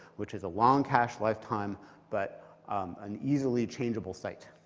which is a long cache lifetime but an easily changeable site.